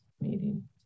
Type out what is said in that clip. meeting